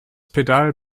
pedal